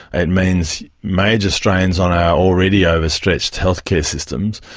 it means major strains on our already overstretched healthcare systems,